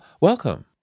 Welcome